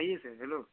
बताइए sir hello